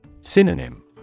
Synonym